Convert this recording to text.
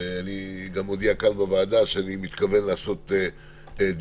אני גם מודיע כאן בוועדה שאני מתכוון לעשות דיון,